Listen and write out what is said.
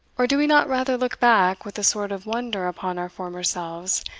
or do we not rather look back with a sort of wonder upon our former selves,